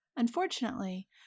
Unfortunately